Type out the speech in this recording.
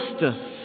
justice